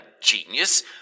genius